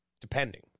depending